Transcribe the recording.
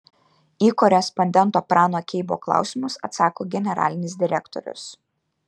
į korespondento prano keibo klausimus atsako generalinis direktorius